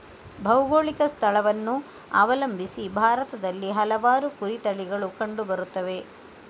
ಭೌಗೋಳಿಕ ಸ್ಥಳವನ್ನು ಅವಲಂಬಿಸಿ ಭಾರತದಲ್ಲಿ ಹಲವಾರು ಕುರಿ ತಳಿಗಳು ಕಂಡು ಬರುತ್ತವೆ